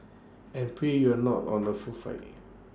and pray you're not on A full flighting